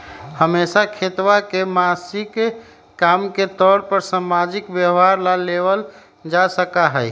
हमेशा खेतवा के सामाजिक काम के तौर पर सामाजिक व्यवहार ला लेवल जा सका हई